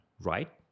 right